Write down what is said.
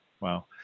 Wow